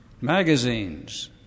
Magazines